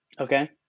Okay